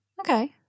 Okay